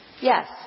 Yes